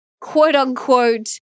quote-unquote